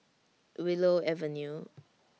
Willow Avenue